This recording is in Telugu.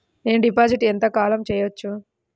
నేను డిపాజిట్ ఎంత కాలం చెయ్యవచ్చు?